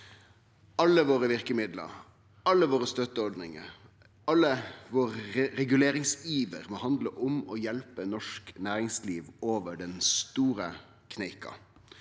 Alle våre verkemiddel, alle våre støtteordningar, all vår reguleringsiver må handle om å hjelpe norsk næringsliv over den store kneika.